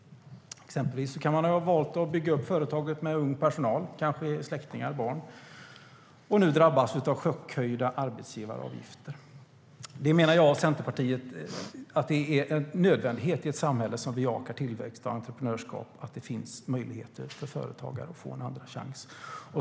Exempelvis kan man ha valt att bygga upp företaget med ung personal, kanske släktingar och barn, och nu drabbas av chockhöjda arbetsgivaravgifter. Jag och Centerpartiet menar att det är en nödvändighet i ett samhälle som bejakar tillväxt och entreprenörskap att det finns möjligheter för företagare att få en andra chans.